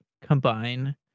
combine